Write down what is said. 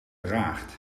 draagt